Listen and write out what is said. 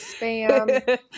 spam